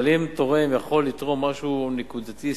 אבל אם תורם יכול לתרום משהו נקודתי,